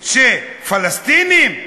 פלסטינים,